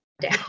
down